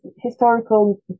historical